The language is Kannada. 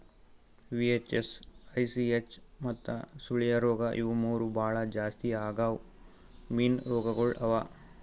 ವಿ.ಹೆಚ್.ಎಸ್, ಐ.ಸಿ.ಹೆಚ್ ಮತ್ತ ಸುಳಿಯ ರೋಗ ಇವು ಮೂರು ಭಾಳ ಜಾಸ್ತಿ ಆಗವ್ ಮೀನು ರೋಗಗೊಳ್ ಅವಾ